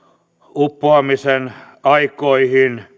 uppoamisen aikoihin